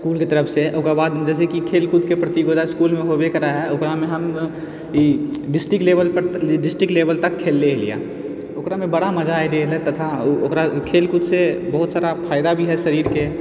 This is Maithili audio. इसकुलके तरफसँ ओकरबाद जैसेकि खेलकूदके प्रतियोगिता इसकुलमे होबे करै हइ ओकरामे हम ई डिस्ट्रिक्ट लेवलपर डिस्ट्रिक्ट लेवल तक खेललै रहिए ओकरामे बड़ा मजा ऐलै रहै तथा ओकरा खेलकूदसँ बहुत सारा फायदा भी हइ शरीरके